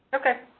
okay.